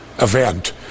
event